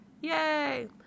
Yay